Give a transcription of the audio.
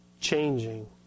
changing